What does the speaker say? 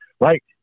right